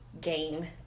game